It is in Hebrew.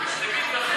אנחנו,